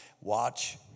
Watch